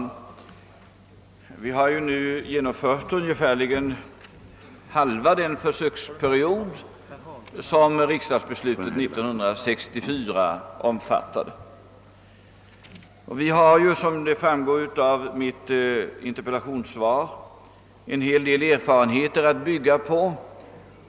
Herr talman! Vi har nu genomfört ungefär halva den försöksperiod som riksdagsbeslutet 1964 om lokaliseringsstöd omfattade, och som framgår av mitt interpellationssvar har vi fått en hel del erfarenheter att bygga på.